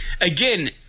Again